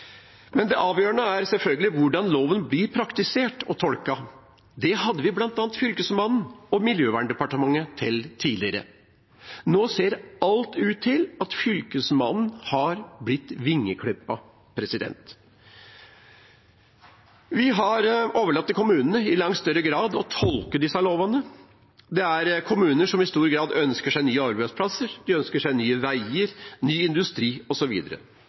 Men det avgjørende er selvfølgelig hvordan loven blir praktisert og tolket. Det hadde bl.a. Fylkesmannen og Miljøverndepartementet ansvar for tidligere. Nå tyder alt på at Fylkesmannen har blitt vingeklippet. Vi har i langt større grad overlatt til kommunene å tolke disse lovene. Det er kommuner som ønsker seg nye arbeidsplasser, de ønsker seg nye veier og ny industri